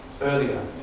earlier